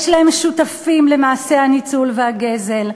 יש להם שותפים למעשי הניצול והגזל,